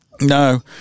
no